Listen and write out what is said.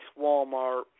Walmart